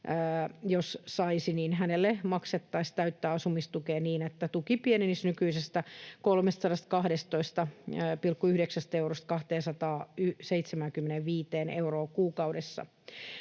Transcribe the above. kuukaudessa, niin hänelle maksettaisiin täyttä asumistukea niin, että tuki pienenisi nykyisestä 312,9 eurosta 275 euroon kuukaudessa.